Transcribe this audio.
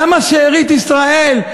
למה "שארית ישראל",